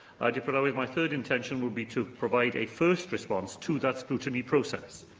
dirprwy lywydd, my third intention will be to provide a first response to that scrutiny process,